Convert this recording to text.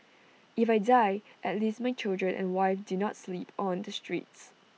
if I die at least my children and wife do not sleep on the streets